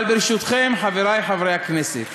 אבל, ברשותכם, חברי חברי הכנסת,